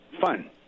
fun